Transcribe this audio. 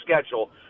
schedule